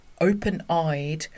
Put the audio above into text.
open-eyed